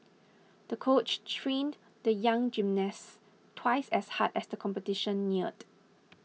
the coach trained the young gymnast twice as hard as the competition neared